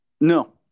No